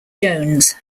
jones